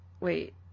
Wait